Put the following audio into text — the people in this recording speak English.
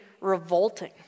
revolting